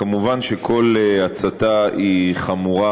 כמובן, כל הצתה היא חמורה,